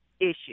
issue